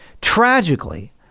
tragically